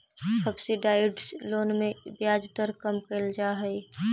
subsidised loan में ब्याज दर कम कैल जा हइ